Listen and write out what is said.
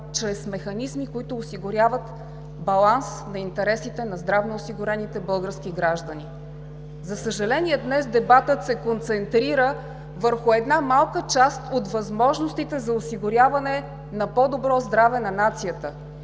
чрез механизми, които осигуряват баланс на интересите на здравноосигурените български граждани. За съжаление, днес дебатът се концентрира върху една малка част от възможностите за осигуряване на по-добро здраве на нацията